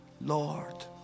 Lord